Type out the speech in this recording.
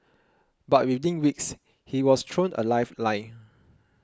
but within weeks he was thrown a lifeline